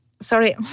Sorry